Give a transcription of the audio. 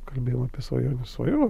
kalbėjom apie svajones svajojau